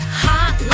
hot